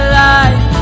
life